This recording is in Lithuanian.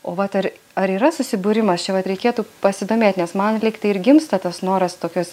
o vat ar ar yra susibūrimas čia vat reikėtų pasidomėt nes man lyg tai ir gimsta tas noras tokios